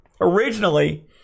originally